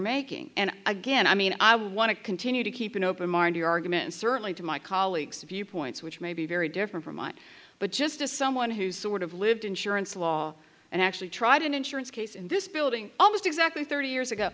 making and again i mean i want to continue to keep an open mind to your argument certainly to my colleagues viewpoints which may be very different from mine but just as someone who's sort of lived insurance law and actually tried an insurance case in this building almost exactly thirty years ago